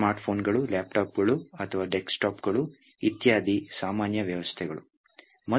smart ಫೋನ್ಗಳು ಲ್ಯಾಪ್ಟಾಪ್ಗಳು ಅಥವಾ ಡೆಸ್ಕ್ಟಾಪ್ಗಳು ಇತ್ಯಾದಿ ಸಾಮಾನ್ಯ ವ್ಯವಸ್ಥೆಗಳು